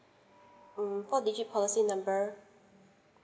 um four digits policy number